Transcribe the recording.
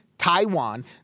Taiwan